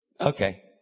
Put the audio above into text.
Okay